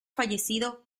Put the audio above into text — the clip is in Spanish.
fallecido